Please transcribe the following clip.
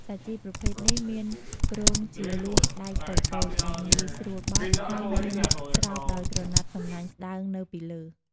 សាជីប្រភេទនេះមានគ្រោងជាលួសដែកតូចៗដែលងាយស្រួលបត់ ហើយមានស្រោបដោយក្រណាត់សំណាញ់ស្តើងនៅពីលើ។